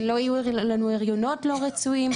שלא יהיו לנו הריונות לא רצויים,